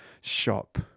shop